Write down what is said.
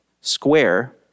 square